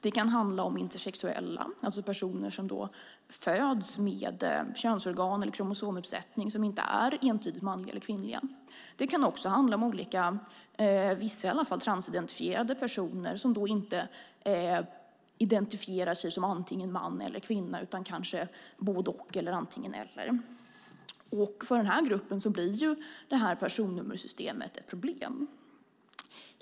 Det kan handla om intersexuella, det vill säga personer som föds med könsorgan eller kromosomuppsättning som inte är entydigt manliga eller kvinnliga. Det kan också handla om vissa transidentifierade personer som inte identifierar sig som antingen man eller kvinna utan kanske som både och eller antingen eller. För denna grupp blir personnummersystemet ett problem.